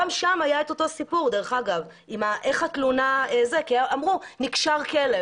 גם שם היה אותו סיפור עם התלונה כי אמרו: נקשר כלב.